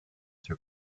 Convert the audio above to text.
sir